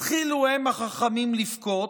התחילו הם החכמים לבכות,